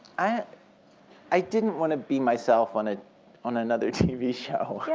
i i didn't want to be myself on ah on another tv show.